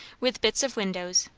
with bits of windows,